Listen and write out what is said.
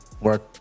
work